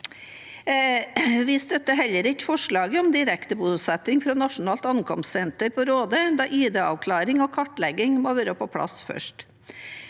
Vi støtter heller ikke forslaget om direktebosetting fra Nasjonalt ankomstsenter på Råde, da ID-avklaring og kartlegging må være på plass først.